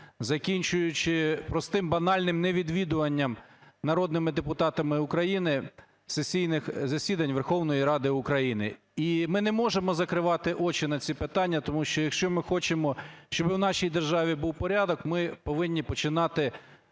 закінчуючи простим банальним невідвідуванням народними депутатами України сесійних засідань Верховної Ради України. І ми не можемо закривати очі на ці питання, тому що, якщо ми хочемо, щоб у нашій державі був порядок, ми повинні починати